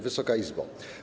Wysoka Izbo!